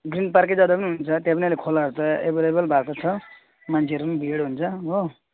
green पार्कै जाँदा पनि हुन्छ त्यहाँ पनि अहिले खोलाहरू त एभाइलेबल भएको छ मान्छेहरू पनि भिड हुन्छ हो